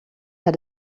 had